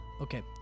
Okay